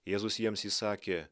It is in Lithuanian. jėzus jiems įsakė